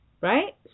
Right